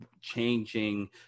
changing